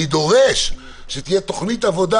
אני דורש שתהיה תוכנית עבודה